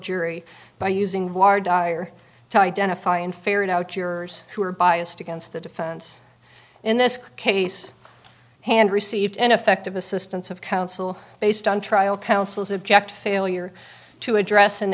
jury by using or to identify and ferret out yours who are biased against the defense in this case hand received an effective assistance of counsel based on trial counsel's object failure to address in